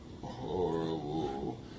Horrible